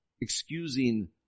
excusing